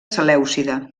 selèucida